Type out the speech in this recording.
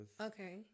Okay